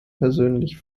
persönlich